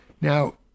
Now